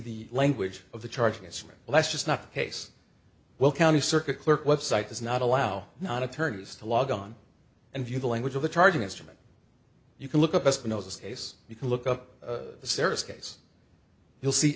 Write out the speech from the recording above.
the language of the charging instrument let's just not the case well county circuit clerk website does not allow not attorneys to log on and view the language of the charging instrument you can look up espinosa case you can look up the service case you'll see